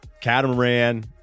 Catamaran